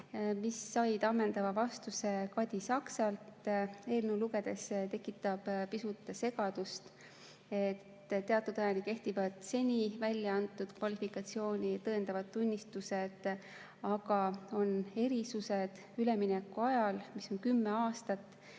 mis said ammendava vastuse Kadi Saksalt. Eelnõu lugedes tekitab pisut segadust, et teatud ajal kehtivad seni väljaantud kvalifikatsiooni tõendavad tunnistused, aga on erisused üleminekuajal, mis kestab kümme aastat,